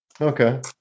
Okay